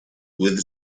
with